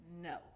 no